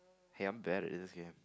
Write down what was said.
hey I'm bad at this game